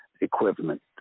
equipment